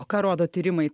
o ką rodo tyrimai